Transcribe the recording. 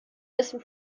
dessen